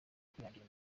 kwihangira